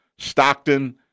Stockton